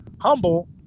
humble